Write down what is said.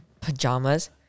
pajamas